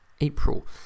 April